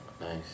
Nice